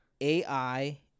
AI